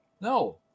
No